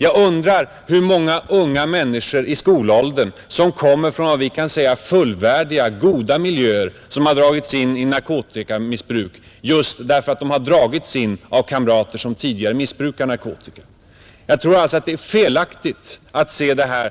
Jag undrar hur många i skolåldern som kommer från vad vi kan kalla fullvärdiga, goda miljöer, som har dragits in i narkotikamissbruket av kamrater som redan missbrukar narkotika. Jag tror alltså att det är felaktigt att se detta